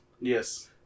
Yes